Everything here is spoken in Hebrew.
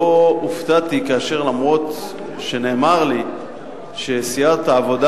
לא הופתעתי כאשר אף-על-פי שנאמר לי שסיעת העבודה